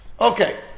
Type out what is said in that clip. Okay